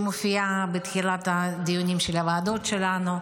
מופיעה בתחילת הדיונים של הוועדות שלנו,